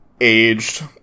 aged